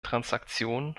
transaktion